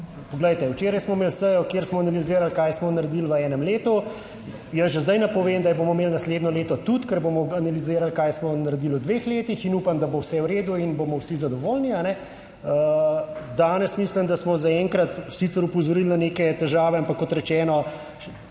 Poglejte, včeraj smo imeli sejo, kjer smo analizirali, kaj smo naredili v enem letu. Jaz že zdaj napovem, da bomo imeli naslednje leto tudi, ker bomo analizirali, kaj smo naredili v dveh letih in upam, da bo vse v redu in bomo vsi zadovoljni. Danes mislim, da smo zaenkrat sicer opozorili na neke težave, ampak kot rečeno,